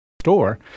store